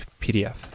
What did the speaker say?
PDF